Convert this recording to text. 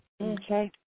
Okay